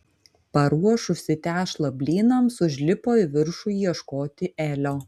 paruošusi tešlą blynams užlipo į viršų ieškoti elio